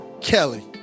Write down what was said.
Kelly